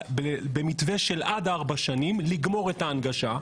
במתווה של עד ארבע שנים לגמור את ההנגשה.